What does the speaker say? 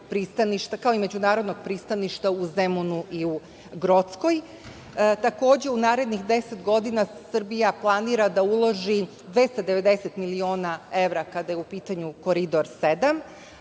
kao i međunarodnog pristaništa u Zemunu i u Grockoj? Takođe, u narednih deset godina Srbija planira da uloži 290 miliona evra kada je u pitanju Koridor 7,